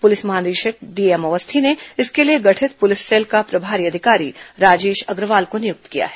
प्रलिस महानिदेशक डीएम अवस्थी ने इसके लिए गठित प्रलिस सेल का प्रभारी अधिकारी राजेश अग्रवाल को नियुक्त किया है